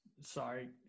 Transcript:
Sorry